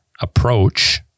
approach